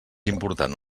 important